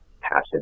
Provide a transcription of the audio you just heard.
passive